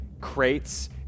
crates